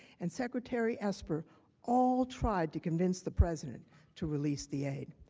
and secretary esper all tried to convince the president to release the aid.